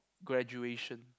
graduation